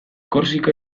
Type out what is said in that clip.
korsika